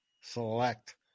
select